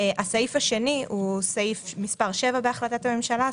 הסעיף השני האו סעיף מס' 7 בהחלטת הממשלה,